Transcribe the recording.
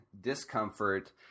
discomfort